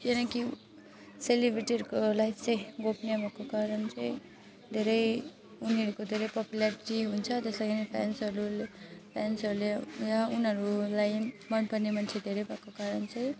किनकि सेलेब्रिटीहरूको लाइफ चाहिँ गोपनीय भएको कारण चाहिँ धेरै उनीहरूको धेरै पपुल्यारिटी हुन्छ त्यस लागिन् फ्यान्सहरूले फ्यान्सहरूले यहाँ उनीहरूलाई मन पर्ने मान्छे धेरै भएको कारण चाहिँ